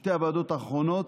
בשתי הוועדות האחרונות,